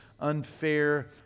unfair